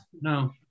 no